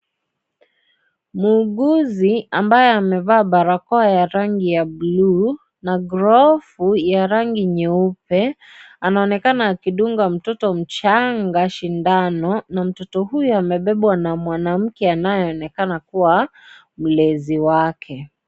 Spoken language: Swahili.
Muuguzi ambaye amevaa barakoa ya rangi ya bluu na glovu ya rangi nyeupe anaonekana akimdunga mtoto mchanga shindano na mtoto huyo amebebwa na mwanamke anayeonekana kuwa mlezi wake.